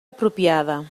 apropiada